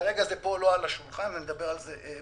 כרגע זה לא על השולחן פה, אני אדבר על זה בהמשך.